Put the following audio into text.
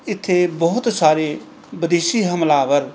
ਇੱਥੇ ਬਹੁਤ ਸਾਰੇ ਵਿਦੇਸ਼ੀ ਹਮਲਾਵਰ